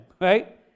right